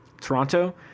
Toronto